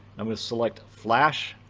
i'm going to select flash.